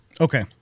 Okay